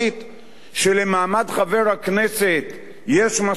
שבה למעמד חבר הכנסת יש משמעות?